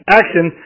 action